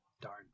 Darn